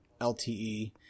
LTE